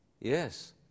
Yes